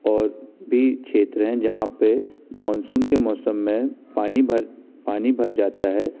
और भी क्षेत्र है जहाँ पे मानसून के मौसम में पानी भर पानी भर जाता है